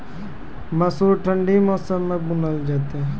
मसूर ठंडी मौसम मे बूनल जेतै?